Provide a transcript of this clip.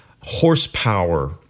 horsepower